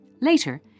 Later